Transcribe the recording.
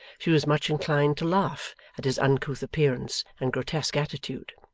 she was much inclined to laugh at his uncouth appearance and grotesque attitude.